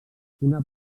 una